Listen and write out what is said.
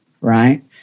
right